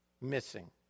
missing